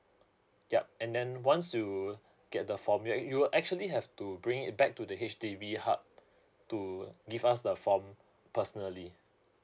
yup and then once you get the form you you actually have to bring it back to the H_D_B hub to give us the form personally